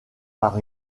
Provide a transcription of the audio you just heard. par